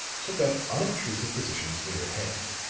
took up unobtrusive positions near at hand.